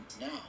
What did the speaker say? now